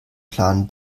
plan